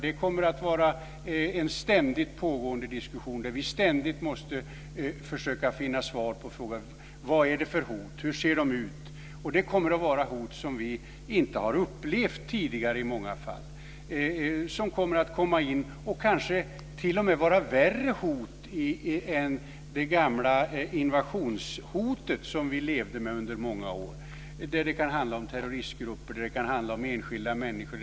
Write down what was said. Det kommer att vara en ständigt pågående diskussion där vi ständigt måste försöka finna svar på frågorna: Vad är det för hot? Hur ser de ut? Det kommer i många fall att vara hot som vi inte tidigare har upplevt och kanske t.o.m. vara värre hot än det gamla invasionshotet som vi levde med under många år. Det kan handla om terroristgrupper. Det kan handla om enskilda människor.